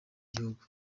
gihugu